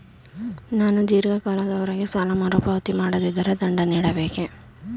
ನಾನು ಧೀರ್ಘ ಕಾಲದವರೆ ಸಾಲ ಮರುಪಾವತಿ ಮಾಡದಿದ್ದರೆ ದಂಡ ನೀಡಬೇಕೇ?